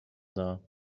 dar